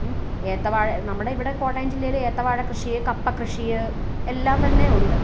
ഏത്ത വാഴ നമ്മുടെ ഇവിടെ കോട്ടയം ജില്ലയിൽ ഏത്ത വാഴ കൃഷി കപ്പ കൃഷി എല്ലാം തന്നെ ഉണ്ട്